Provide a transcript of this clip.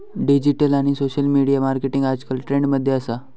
digital आणि social media marketing आजकल trend मध्ये असा